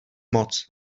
moc